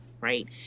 Right